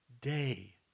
day